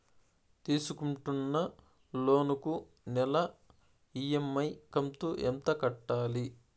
తీసుకుంటున్న లోను కు నెల ఇ.ఎం.ఐ కంతు ఎంత కట్టాలి?